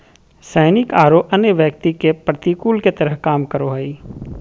सैनिक औरो अन्य व्यक्ति के प्रतिकूल के तरह काम करो हइ